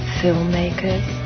filmmakers